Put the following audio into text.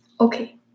Okay